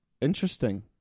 interesting